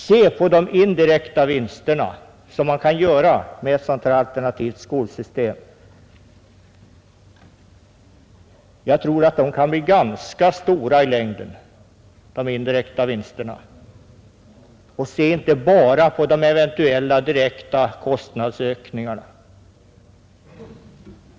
Se på de indirekta vinster som ett alternativt skolsystem kan ge — de kan bli ganska stora i längden — och se inte bara på de eventuella direkta kostnadsökningarna!